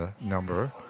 number